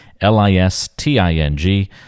L-I-S-T-I-N-G